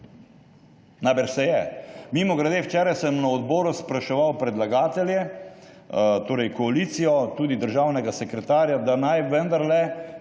Najbrž se je. Mimogrede, včeraj sem na odboru spraševal predlagatelje, torej koalicijo, tudi državnega sekretarja, da naj vendarle,